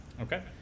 Okay